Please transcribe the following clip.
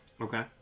Okay